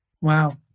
Wow